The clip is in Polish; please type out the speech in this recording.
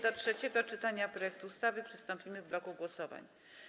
Do trzeciego czytania projektu ustawy przystąpimy w bloku głosowań.